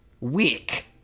wick